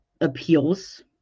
appeals